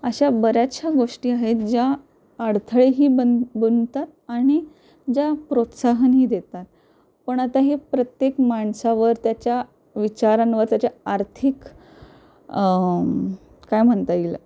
अशा बऱ्याचशा गोष्टी आहेत ज्या अडथळेही बन बनतात आणि ज्या प्रोत्साहनही देतात पण आता हे प्रत्येक माणसावर त्याच्या विचारांवर त्याच्या आर्थिक काय म्हणता येईल